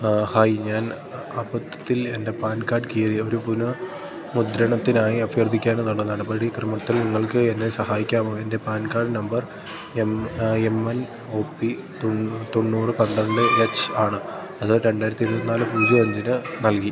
hi ഞാൻ അബദ്ധത്തിൽ എൻ്റെ പാൻ കാർഡ് കീറി ഒരു പുന മുദ്രണത്തിനായി അഭ്യർത്ഥിക്കേണ്ടതുണ്ട് നടപടിക്രമത്തിൽ നിങ്ങൾക്ക് എന്നെ സഹായിക്കാമോ എൻ്റെ PAN card number M M N O P തൊണ്ണൂറ് പന്ത്രണ്ട് എച്ച് ആണ് അത് രണ്ടായിരത്തി ഇരുപത്തിനാല് പൂജ്യം അഞ്ചിന് നൽകി